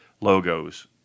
logos